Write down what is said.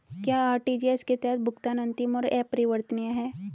क्या आर.टी.जी.एस के तहत भुगतान अंतिम और अपरिवर्तनीय है?